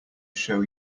show